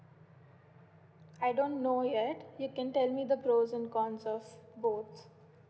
I don't know yet you can tell me the pros and cons of both